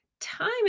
time